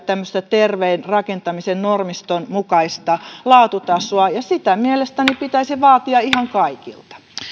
terveen rakentamisen normiston mukaista laatutasoa ja sitä mielestäni pitäisi vaatia ihan kaikilta